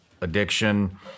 addiction